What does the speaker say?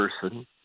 person